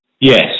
Yes